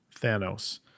Thanos